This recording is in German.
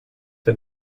der